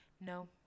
No